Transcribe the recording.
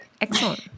Excellent